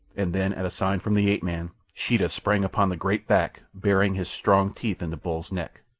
and then at a sign from the ape-man sheeta sprang upon the great back, burying his strong teeth in the bull's neck.